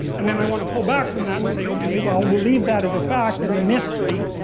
and then i want to pull back from that and say, okay, well we'll leave that as a fact, and a mystery.